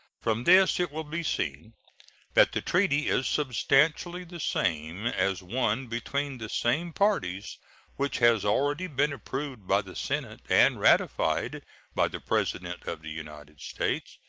from this it will be seen that the treaty is substantially the same as one between the same parties which has already been approved by the senate and ratified by the president of the united states,